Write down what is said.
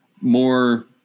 more